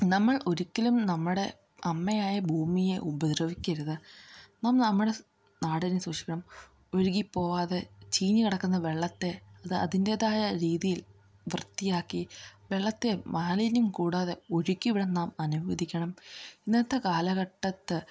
നമ്മൾ ഒരിക്കലും നമ്മുടെ അമ്മയായ ഭൂമിയെ ഉപദ്രവിക്കരുത് നാം നമ്മുടെ നാടിനെ സൂക്ഷിക്കണം ഒഴുകി പോകാതെ ചീഞ്ഞ്കിടക്കുന്ന വെള്ളത്തെ അത് അതിൻ്റെതായ രീതിയിൽ വൃത്തിയാക്കി വെള്ളത്തെ മാലിന്യം കൂടാതെ ഒഴുക്കി വിടാൻ നാം അനുവദിക്കണം ഇന്നത്തെ കാലഘട്ടത്ത്